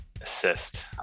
assist